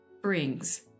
brings